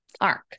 arc